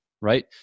right